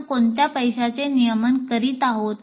आपण कोणत्या पैशाचे नियमन करीत आहोत